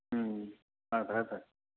ꯎꯝ ꯍꯣꯏ ꯐꯔꯦ ꯐꯔꯦ